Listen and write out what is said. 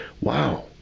wow